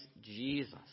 Jesus